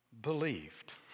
believed